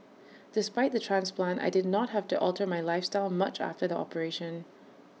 despite the transplant I did not have to alter my lifestyle much after the operation